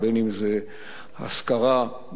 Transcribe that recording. אם השכרה,